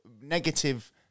negative